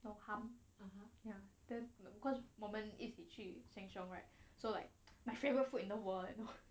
or hum ya then cause 我们一起去 Sheng Shiong right so like my favourite food in the world is hum